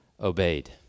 obeyed